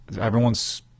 Everyone's